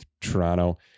toronto